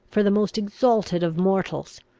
for the most exalted of mortals,